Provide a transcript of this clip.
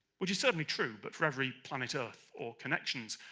which is certainly true, but for every planet earth or connections,